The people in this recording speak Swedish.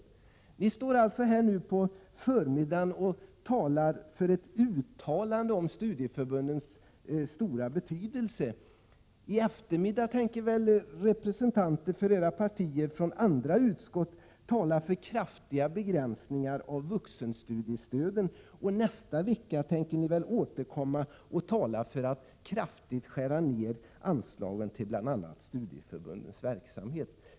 Ni står alltså här på förmiddagen i dag och begär ett uttalande om studieförbundens stora betydelse. I eftermiddag kommer väl representanter för era partier från andra utskott att tala för kraftiga begränsningar av vuxenstudiestödet. Och nästa vecka tänker ni väl återkomma och tala för en kraftig nedskärning av anslagen till bl.a. studieförbundens verksamhet.